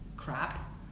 crap